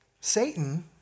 Satan